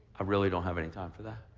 ah really don't have any time for that.